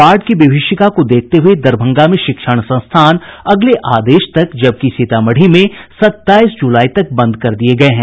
बाढ़ की विभीषिका को देखते हुये दरभंगा में शिक्षण संस्थान अगले आदेश तक जबकि सीतामढ़ी में सत्ताईस जुलाई तक बंद कर दिये गये हैं